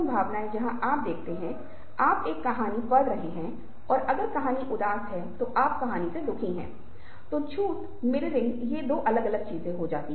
मौन भी अंतरिक्ष का प्रतीक है मौन भी कभी कभी समझ का प्रतीक है और आप देखते हैं कि हालांकि मैं इन कहानियों के बारे में विस्तार से नहीं बताऊंगा कई बौद्ध कहानियां हैं जो बुद्ध की चुप्पी के बारे में हैं और फिर भी निश्चित तरीके से संवाद करती हैं